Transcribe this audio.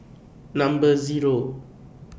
Number Zero